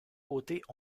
côtés